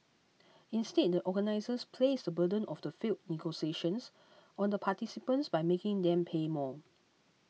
instead the organisers placed the burden of the failed negotiations on the participants by making them pay more